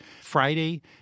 Friday